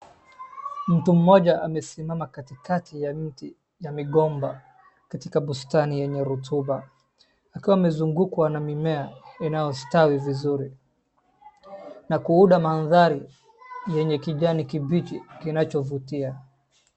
Mtu mmoja amesimama katikakati ya miti ya migomba katika bustani yenye rotuba akiwa amezunguka na mimea unaostawi vizuri na kuunda mandhari yenye kijani kibichi kinachovutia.